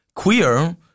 Queer